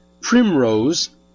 primrose